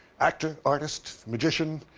actor, artist, magician,